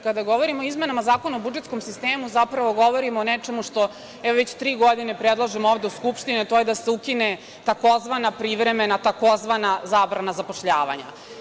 Kada govorimo o izmenama Zakona o budžetskom sistemu zapravo govorimo o nečemu što, evo, već tri godine predlažem ovde u Skupštini, a to je da se ukine tzv. „privremena“ tzv. „zabrana“ zapošljavanja.